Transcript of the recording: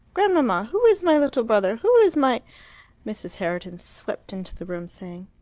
grandmamma! who is my little brother? who is my mrs. herriton swept into the room, saying,